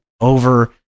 over